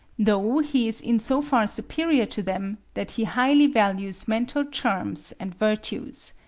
though he is in so far superior to them that he highly values mental charms and virtues.